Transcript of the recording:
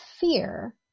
fear